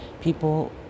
people